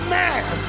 man